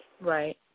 Right